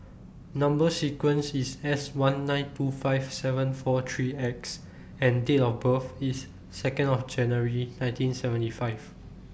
Number sequence IS S one nine two five seven four three X and Date of birth IS Second of January nineteen seventy five